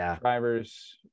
drivers